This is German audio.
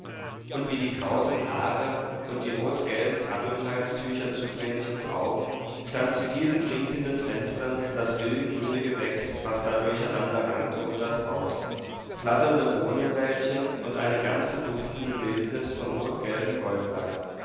und wie die krausen haare und die rotgelben kattunhalstücher zu vrenchens augen stand zu diesen blinkenden fenstern das wilde grüne gewächs was da durcheinander rankte um das haus flatternde bohnenwäldchen und eine ganze duftende wildnis von rotgelbem goldlack